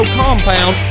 compound